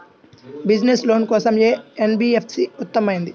Business loan కోసం ఏ NBFC ఉత్తమమైనది?